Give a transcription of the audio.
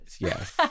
yes